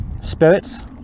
spirits